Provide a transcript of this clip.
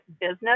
business